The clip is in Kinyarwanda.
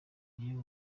iyo